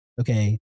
okay